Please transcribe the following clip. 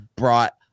Brought